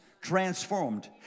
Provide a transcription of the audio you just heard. transformed